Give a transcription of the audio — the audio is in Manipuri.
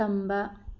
ꯇꯝꯕ